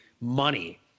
money